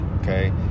okay